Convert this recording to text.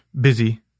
busy